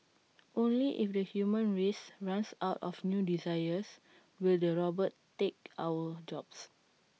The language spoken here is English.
only if the human race runs out of new desires will the robots take our jobs